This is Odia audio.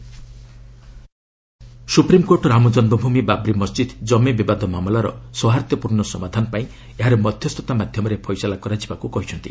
ଏସ୍ସି ଅଯୋଧ୍ୟା ସୁପ୍ରିମକୋର୍ଟ ରାମ ଜନ୍ମଭୂମି ବାବ୍ରି ମସ୍ଜିଦ୍ ଜମି ବିବାଦ ମାମଲାର ସୌହାର୍ଦ୍ଦ୍ୟପୂର୍ଣ୍ଣ ସମାଧାନ ପାଇଁ ଏହାର ମଧ୍ୟସ୍ଥତା ମାଧ୍ୟମରେ ଫଇସଲା କରାଯିବାକୁ କହିଛନ୍ତି